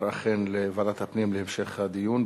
הנושא יועבר אכן לוועדת הפנים להמשך הדיון,